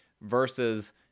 versus